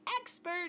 expert